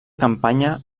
campanya